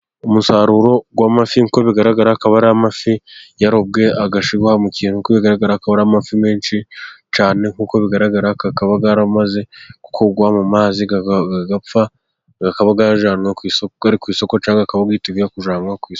Umusaruro w'amafi, nkuko bigaragara akaba ari amafi yarobwe agashyirwa mu kintu, nkuko bigaragara akaba ari amafi menshi cyane, nkuko bigaragara akaba yaramaze gukurwa mu mazi agapfa, akaba ari ku isoko cyangwa akaba yiteguye kujyanwa ku'isoko.